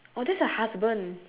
oh that's her husband